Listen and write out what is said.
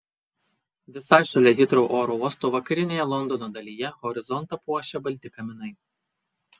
visai šalia hitrou oro uosto vakarinėje londono dalyje horizontą puošia balti kaminai